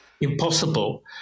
impossible